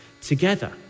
together